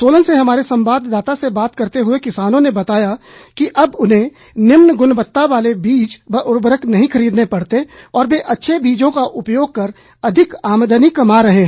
सोलन से हमारे संवाददाता से बात करते हुए किसानों ने बताया कि अब उन्हें निम्न गुणवत्ता वाले बीज व उर्वरक नहीं खरीदने पड़ते और वे अच्छे बीजों का उपयोग कर अधिक आमदनी कमा रहे हैं